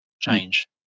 change